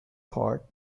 part